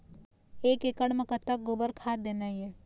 एक एकड़ म कतक गोबर खाद देना ये?